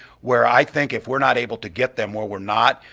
where i think if we're not able to get them, where we're not,